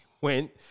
went